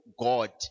God